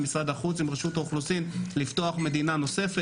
משרד החוץ ועם רשות האוכלוסין לפתוח מדינה נוספת,